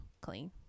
clean